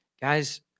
guys